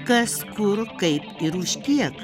kas kur kaip ir už kiek